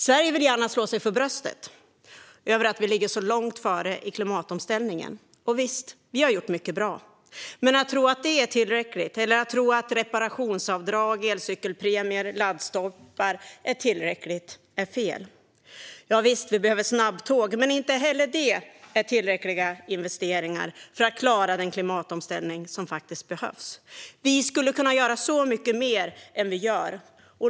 Sverige vill gärna slå sig för bröstet över att vi ligger långt före i klimatomställningen. Visst har vi gjort mycket bra. Men det är fel att tro att det är tillräckligt eller att reparationsavdrag, elcykelpremier och laddstolpar är tillräckligt. Visst behöver vi snabbtåg. Men inte heller det är tillräckliga investeringar för att vi ska klara den klimatomställning som faktiskt behövs. Vi skulle kunna göra så mycket mer än vi gör.